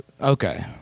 Okay